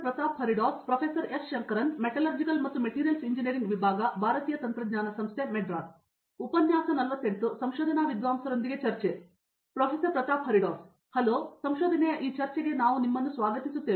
Pratap Haridas hello ಸಂಶೋಧನೆಯ ಈ ಚರ್ಚೆಗೆ ನಾವು ನಿಮ್ಮನ್ನು ಸ್ವಾಗತಿಸುತ್ತೇವೆ